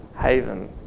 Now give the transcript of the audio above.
haven